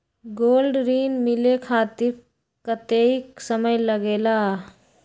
Gold ऋण मिले खातीर कतेइक समय लगेला?